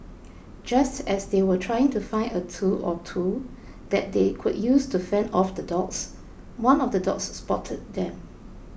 just as they were trying to find a tool or two that they could use to fend off the dogs one of the dogs spotted them